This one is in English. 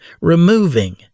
removing